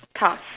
task